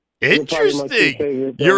Interesting